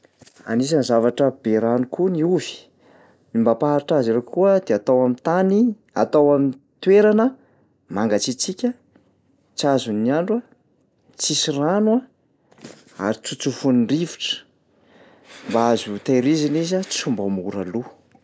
Anisan'ny zavatra be rano koa ny ovy, mba hampaharitra azy ela kokoa dia atao amin'ny tany, atao am'toerana mangatsiatsiaka, tsy azon'ny andro a, tsisy rano a, ary tsotsofin'ny rivotra mba azo ho tahirizina izy a tsy ho mba ho mora lo.